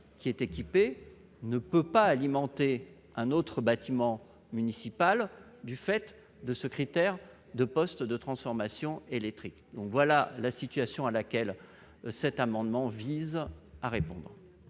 municipal équipé ne pourrait pas alimenter un autre bâtiment municipal du fait de ce critère fondé sur le poste de transformation électrique. Voilà la situation à laquelle cet amendement vise à répondre.